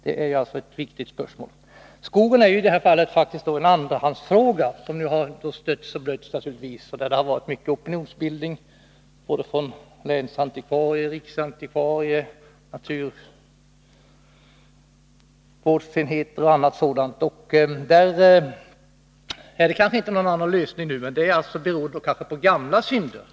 Detta är ett viktigt spörsmål. Skogen är faktiskt en andrahandsfråga, som naturligtvis har stötts och blötts och där det har förekommit mycken opinionbildning från länsantikvarie, riksantikvarie, naturvårdsenheter, m.fl. På den punkten finns det kanske nu inte någon annan lösning än den föreslagna, och det beror väl på gamla synder.